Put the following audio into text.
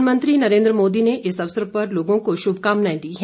प्रधानमंत्री नरेन्द्र मोदी ने इस अवसर पर लोगों को शुभकामनाएं दी हैं